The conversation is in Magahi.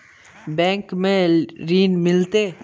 बैंक में ऋण मिलते?